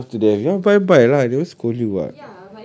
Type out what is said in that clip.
you are starve to death you want to buy buy ah I never scold you [what]